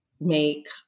make